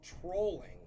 trolling